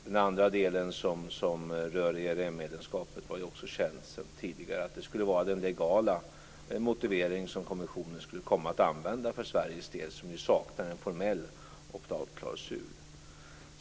Den andra omständigheten som rör ERM medlemskapet var också känd sedan tidigare - den skulle vara den legala motivering som kommissionen skulle komma att använda för Sveriges del. Vi saknar ju en formell klausul.